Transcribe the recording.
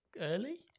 early